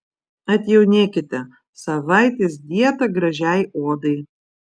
atjaunėkite savaitės dieta gražiai odai